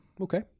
Okay